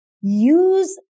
use